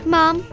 Mom